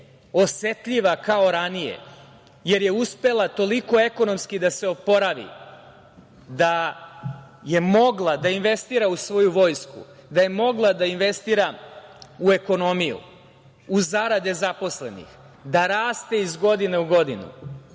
osetljiva kao ranije, jer je uspela toliko ekonomski da se oporavi da je mogla da investira u svoju vojsku, da je mogla da investira u ekonomiju, u zarade zaposlenih, da raste iz godine u godinu